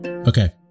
Okay